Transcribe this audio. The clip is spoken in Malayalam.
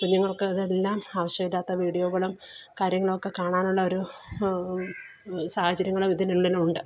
കുഞ്ഞുങ്ങൾക്ക് അതെല്ലാം ആവശ്യമില്ലാത്ത വീഡിയോകളും കാര്യങ്ങളൊക്കെ കാണാനുള്ള ഒരു സാഹചര്യങ്ങൾ ഇതിനുള്ളിൽ ഉണ്ട്